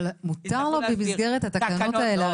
אבל מותר לו במסגרת התקנות האלה,